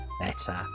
Better